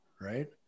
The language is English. right